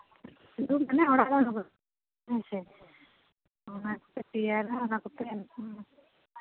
ᱦᱮᱸ ᱥᱮ ᱚᱱᱟ ᱦᱚᱛᱮᱫ ᱛᱮᱜᱮ ᱚᱱᱟ ᱠᱚᱯᱮ